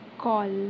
call